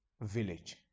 village